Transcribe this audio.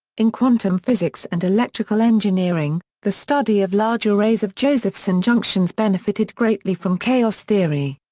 in quantum physics and electrical engineering, the study of large arrays of josephson junctions benefitted greatly from chaos theory.